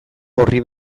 orri